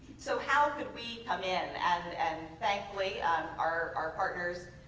so how could we come in and and thankfully our our partners,